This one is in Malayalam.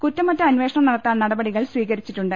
കുറ്റമറ്റ അന്വേഷണം നടത്താൻ നട പടികൾ സ്വീകരിച്ചിട്ടുണ്ട്